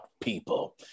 people